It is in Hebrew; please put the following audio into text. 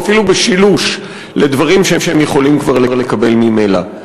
אפילו בשילוש לדברים שהם יכולים כבר לקבל ממילא.